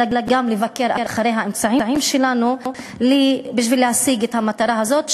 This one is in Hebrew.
אלא גם לבקר את האמצעים שלנו להשגת המטרה הזאת,